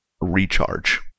recharge